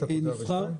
נבחר.